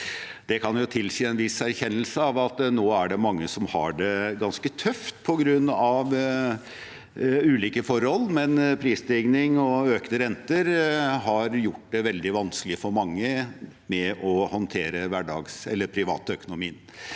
Det kan tilsi en viss erkjennelse av at det nå er mange som har det ganske tøft på grunn av ulike forhold, men prisstigning og økte renter har gjort det veldig vanskelig for mange å håndtere privatøkonomien.